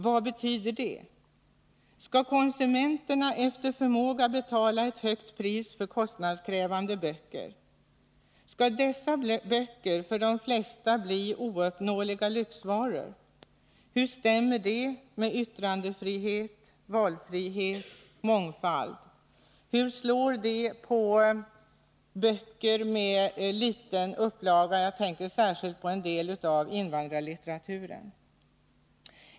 Vad betyder det? Skall konsumenterna efter förmåga betala ett högt pris för kostnadskrävande böcker? Skall dessa böcker för de flesta bli ouppnåeliga lyxvaror? Hur stämmer detta med yttrandefrihet, valfrihet och mångfald? Hur slår det på böcker med liten upplaga — jag tänker särskilt på en del av invandrarlitteraturen?